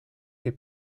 che